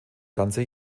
ganze